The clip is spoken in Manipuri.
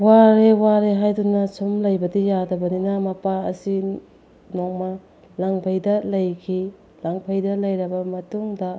ꯋꯥꯔꯦ ꯋꯥꯔꯦ ꯍꯥꯏꯗꯨꯅ ꯁꯨꯝ ꯂꯩꯕꯗꯤ ꯌꯥꯗꯕꯅꯤꯅ ꯃꯄꯥ ꯑꯁꯤ ꯅꯣꯡꯃ ꯂꯪꯐꯩꯗ ꯂꯩꯈꯤ ꯂꯪꯐꯩꯗ ꯂꯩꯔꯕ ꯃꯇꯨꯡꯗ